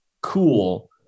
cool